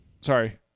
Sorry